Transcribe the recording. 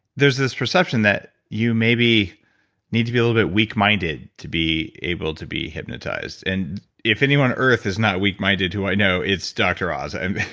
there's this perception that you maybe need to be a little bit weak minded to be able to be hypnotized. and if anyone on earth is not weak minded who i know it's dr. oz. and